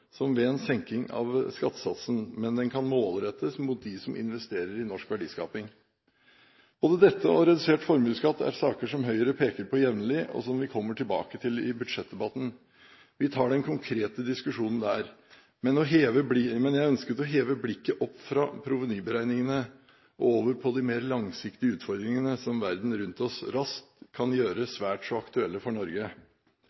som ved en senking av skattesatsen, men den kan målrettes mot dem som investerer i norsk verdiskaping. Både dette og redusert formuesskatt er saker som Høyre peker på jevnlig, og som vi kommer tilbake til i budsjettdebatten. Vi tar den konkrete diskusjonen der, men jeg ønsket å heve blikket opp fra provenyberegningene og over på de mer langsiktige utfordringene som verden rundt oss raskt kan gjøre